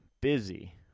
busy